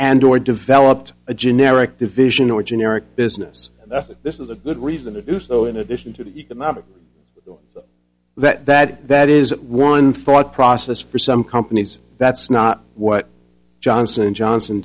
and or developed a generic division or generic business that this is a good reason to do so in addition to the economic well that that that is one thought process for some companies that's not what johnson and johnson